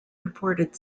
reported